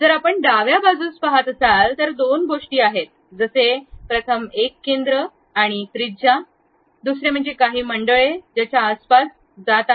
जर आपण आह डाव्या बाजूस पहात असाल तर दोन गोष्टी आहेत जसे प्रथम एक केंद्र आणि त्रिज्या दुसरे म्हणजे काही मंडळे ज्याच्या आसपास जात आहेत